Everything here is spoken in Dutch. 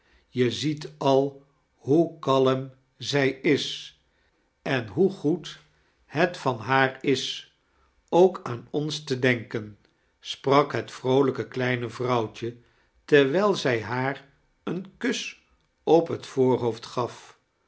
je ziet al hoe kalm zij is en hoe goed het van haar is ook aan ons te denken sprak het vroolijke kledne vrouwtje terwijl zij haar een kus op het voorhoofd gaf